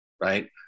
right